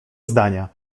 zdania